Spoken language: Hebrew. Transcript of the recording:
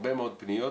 הרבה מאוד פניות,